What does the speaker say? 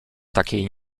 takiej